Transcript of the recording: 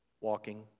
walking